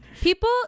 People